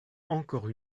encore